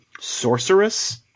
sorceress